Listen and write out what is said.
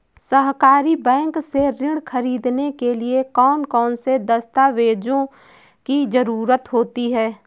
सहकारी बैंक से ऋण ख़रीदने के लिए कौन कौन से दस्तावेजों की ज़रुरत होती है?